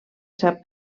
sap